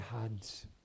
hands